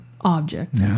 object